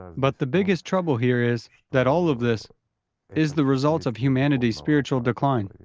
but the biggest trouble here is that all of this is the result of humanity's spiritual decline.